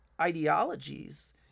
ideologies